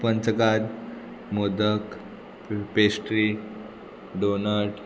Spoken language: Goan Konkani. पंचखात मोदक पेस्ट्री डोनट